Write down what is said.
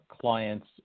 clients